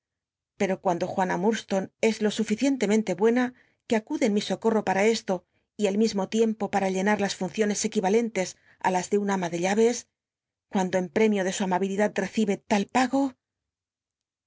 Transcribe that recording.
peto cuando juana lud on es lo suficientemente buena que acude en mi socorro pam esto y al mismo tiempo para llenar las funciones equi alentes las de una ama de llares cuando en premio de su amabilidad recibe tal pago